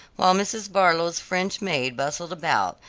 while mrs. barlow's french maid bustled about,